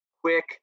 quick